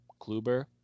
Kluber